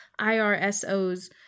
IRSO's